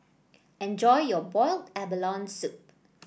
enjoy your Boiled Abalone Soup